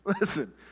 Listen